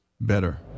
better